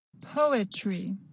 Poetry